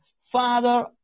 Father